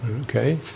Okay